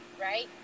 Right